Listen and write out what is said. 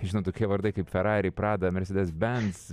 nežinau tokie vardai kaip ferrari prada mercedes benz